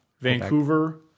Vancouver